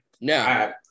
No